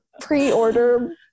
Pre-order